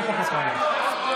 כל הכבוד לכם, ליכוד.